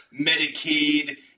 medicaid